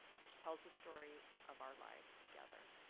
which tells the story of our life together.